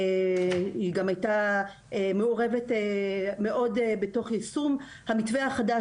היא גם הייתה מעורבת מאוד בתוך יישום המתווה החדש